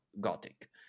Gothic